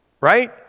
Right